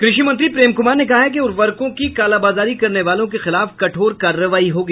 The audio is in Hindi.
कृषि मंत्री प्रेम कुमार ने कहा है कि उर्वरकों की कालाबाजारी करने वालों के खिलाफ कठोर कार्रवाई होगी